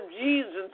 Jesus